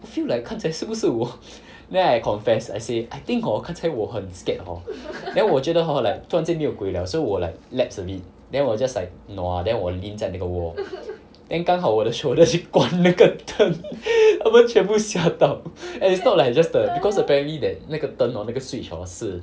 I feel like 刚才是不是我 then I confess I say I think hor 刚才我很 scared hor then 我觉得 hor like 突然间没有鬼了所以我 like lax a bit then 我 just like nua then 我 lean 在那个 wall then 刚好我的 shoulder 去关那个灯他们全部吓到 and is not like just the because apparently that 那个灯 hor 那个 switch hor 是